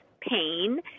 pain